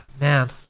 man